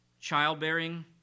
Childbearing